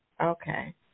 Okay